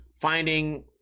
finding